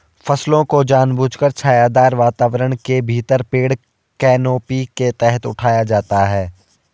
फसलों को जानबूझकर छायादार वातावरण के भीतर पेड़ कैनोपी के तहत उठाया जाता है